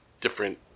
different